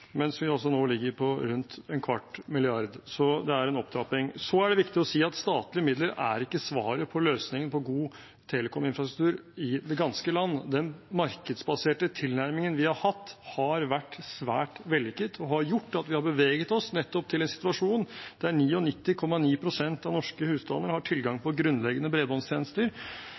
mens vi altså nå ligger på rundt en kvart milliard, så det er en opptrapping. Videre er det viktig å si at statlige midler er ikke svaret og løsningen på god telekominfrastruktur i det ganske land. Den markedsbaserte tilnærmingen vi har hatt, har vært svært vellykket og har gjort at vi har beveget oss nettopp til en situasjon der 99,9 pst. av norske husstander har tilgang på grunnleggende bredbåndstjenester,